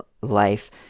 life